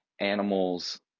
animals